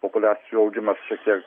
populiacijų augimas šiek tiek